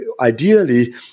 ideally